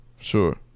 Sure